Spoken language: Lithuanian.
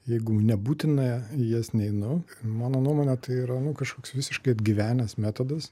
jeigu nebūtina į jas neinu mano nuomone tai yra nu kažkoks visiškai atgyvenęs metodas